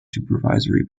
supervisory